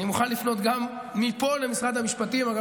אני מוכן לפנות גם מפה למשרד המשפטים,